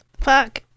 fuck